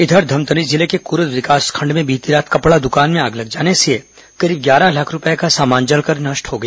इधर धमतरी जिले के कुरूद ब्लॉक में बीती रात कपड़ा दुकान में लाग लगने से करीब ग्यारह लाख रूपए का सामान जलकर नष्ट हो गया